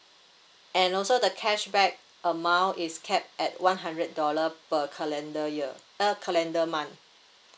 and also the cashback amount is capped at one hundred dollar per calendar year uh calendar month